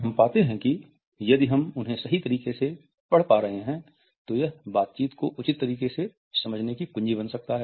हम पाते हैं कि यदि हम उन्हें सही तरीके से पढ़ पा रहे हैं तो यह बातचीत को उचित तरीके से समझने की कुंजी बन जाता है